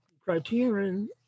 criterion